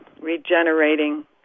regenerating